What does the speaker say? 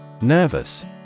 Nervous